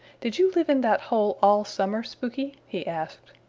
did you live in that hole all summer, spooky? he asked.